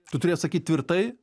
tu turi atsakyt tvirtai